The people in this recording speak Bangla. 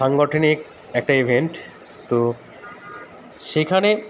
সাংগঠনিক একটা ইভেন্ট তো সেখানে